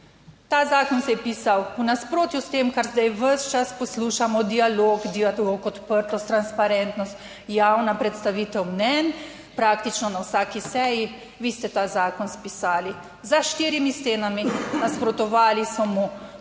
Ta zakon se je pisal v nasprotju s tem kar zdaj ves čas poslušamo, dialog, dialog, odprtost, transparentnost, javna predstavitev mnenj praktično na vsaki seji. Vi ste ta zakon spisali za štirimi stenami, nasprotovali so mu